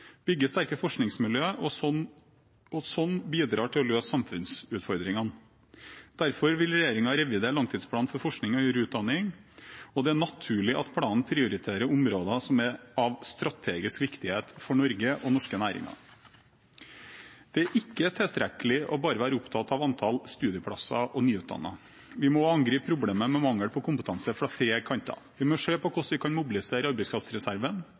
sterke forskningsmiljøer og slik bidrar til å løse samfunnsutfordringer. Derfor vil regjeringen revidere langtidsplanen for forskning og høyere utdanning, og det er naturlig at planen prioriterer områder som er av strategisk viktighet for Norge og norske næringer. Det er ikke tilstrekkelig å bare være opptatt av antall studieplasser og nyutdannede. Vi må angripe problemet med mangel på kompetanse fra flere kanter. Vi må se på hvordan vi kan mobilisere